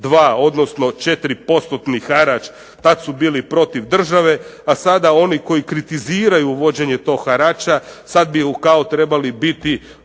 harač, …/Govornik se ne razumije./… su bili protiv države, a sada oni koji kritiziraju uvođenje tog harača, sad bi ju kao trebali biti